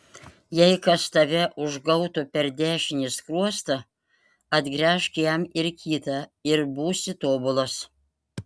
jei kas tave užgautų per dešinį skruostą atgręžk jam ir kitą ir būsi tobulas